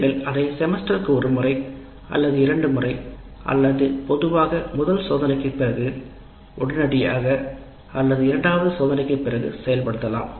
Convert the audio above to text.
நீங்கள் அதை செமஸ்டர் க்கு ஒரு முறை அல்லது இரண்டு முறை அல்லது பொதுவாக முதல் சோதனைக்குப் பிறகு உடனடியாக அல்லது இரண்டாவது சோதனைக்குப் பிறகு செயல்படுத்தலாம்